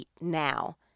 now